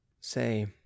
say